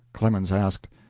clemens asked,